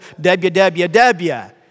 WWW